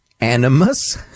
Animus